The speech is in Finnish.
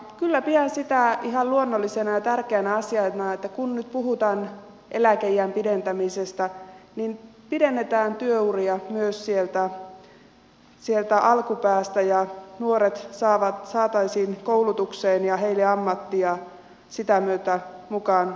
kyllä pidän sitä ihan luonnollisena ja tärkeänä asiana että kun nyt puhutaan eläkeiän pidentämisestä niin pidennetään työuria myös sieltä alkupäästä ja nuoret saataisiin koulutukseen ja heille ammattia ja heidät sitä myötä mukaan työelämään